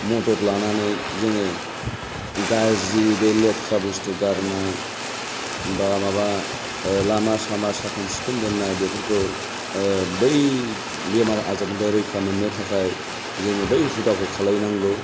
मदद लानानै जोङो गाज्रि बे लेथ्रा बुस्थु गारनाय बा माबा लामा सामा साखोन सिखोन दोननाय बेफोरखौ बै बेमार आजारनिफ्राय रैखा मोननो थाखाय जोङो बै हुदाखौ खालायनांगौ